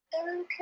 Okay